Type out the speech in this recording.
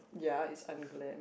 ya it's unglam